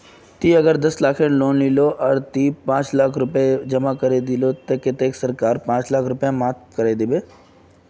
ती अगर दस लाख खेर लोन लिलो ते ती अगर पाँच लाख चुकता करे दिलो ते कतेक पाँच लाख की सरकार माप करे दिबे?